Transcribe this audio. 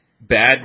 bad